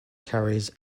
carries